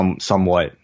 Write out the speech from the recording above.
somewhat